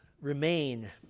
remain